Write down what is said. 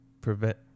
prevent